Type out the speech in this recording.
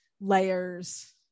layers